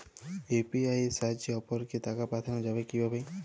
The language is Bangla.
ইউ.পি.আই এর সাহায্যে অপরকে টাকা পাঠানো যাবে কিভাবে?